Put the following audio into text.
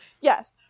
Yes